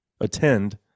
attend